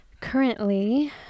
currently